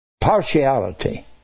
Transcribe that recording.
Partiality